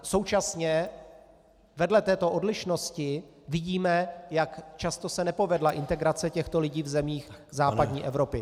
Současně vedle této odlišnosti vidíme, jak často se nepovedla integrace těchto lidí v zemích západní Evropy.